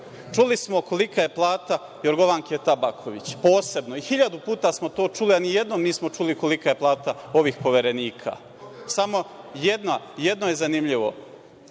Čuli smo kolika je plata Jorgovanke Tabaković, posebno. Hiljadu puta smo to čuli, a ni jednom nismo čuli kolika je plata ovih poverenika. Samo jedno je zanimljivo,